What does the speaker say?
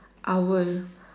owl